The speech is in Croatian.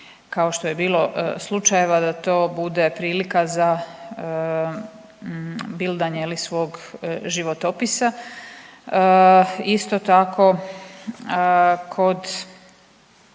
kao što je bilo slučajeva da to bude prilika za bildanje je li svog životopisa. Isto tako kod,